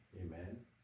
amen